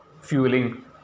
fueling